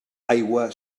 aigua